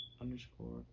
underscore